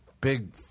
big